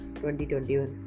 2021